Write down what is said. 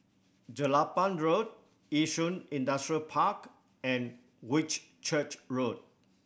Jelapang Road Yishun Industrial Park and Whitchurch Road